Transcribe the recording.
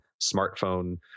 smartphone